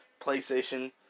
PlayStation